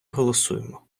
голосуємо